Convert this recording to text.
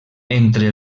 entre